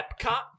Epcot